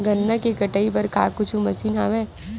गन्ना के कटाई बर का कुछु मशीन हवय?